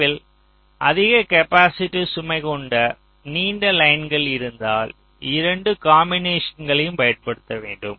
முடிவில் அதிக கேப்பாசிட்டிவ் சுமை கொண்ட நீண்ட லைன் இருந்தால் 2 காம்பினேஷன்யும் பயன்படுத்த வேண்டும்